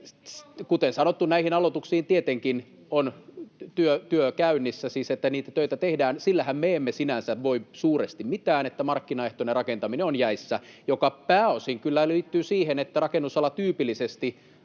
Kuten sanottu, näihin aloituksiin tietenkin on työ käynnissä, siis että niitä töitä tehdään. Sillehän me emme sinänsä voi suuresti mitään, että markkinaehtoinen rakentaminen on jäissä, mikä pääosin kyllä liittyy siihen, että rakennusala tyypillisesti